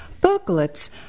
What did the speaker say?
booklets